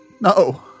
No